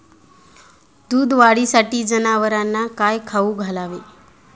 दूध वाढीसाठी जनावरांना काय खाऊ घालावे?